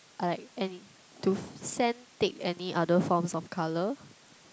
I like any~ do sand take any other forms of colour